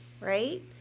right